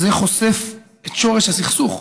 זה חושף את שורש הסכסוך.